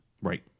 Right